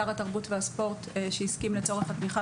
שר התרבות והספורט שהסכים לצורך התמיכה